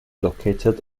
located